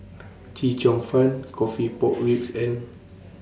Chee Cheong Fun Coffee Pork Ribs and